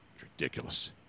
Ridiculous